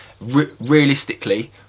Realistically